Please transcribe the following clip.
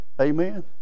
Amen